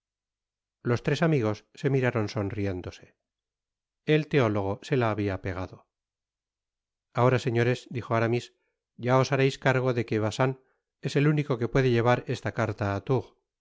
los tres amigos se miraron sonriéndose el teólogo se lahabia pegado ahora señores dijo aramis ya os hareis cargo de que bacin es el único que puede llevar esta carta á